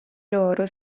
loro